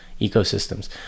ecosystems